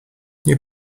nie